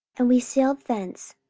and we sailed thence,